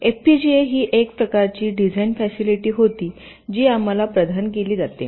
FPGA ही एक प्रकारची डिझाईन फॅसिलिटी होती जी आम्हाला प्रदान केली जाते